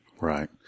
Right